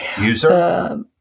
User